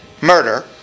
murder